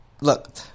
Look